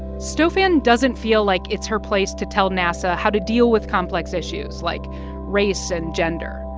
stofan doesn't feel like it's her place to tell nasa how to deal with complex issues like race and gender.